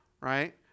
right